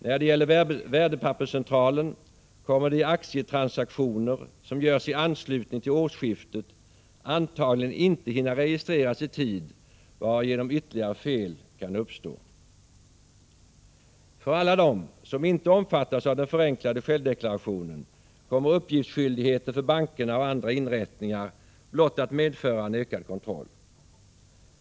När det gäller Värdepapperscentralen kommer de aktietransaktioner som görs i anslutning till årsskiftet antagligen inte att hinna registreras i tid, varigenom ytterligare fel kan uppstå. För alla dem som inte omfattas av den förenklade självdeklarationen kommer uppgiftsskyldigheten för bankerna och andra inrättningar blott att medföra en ökad kontroll.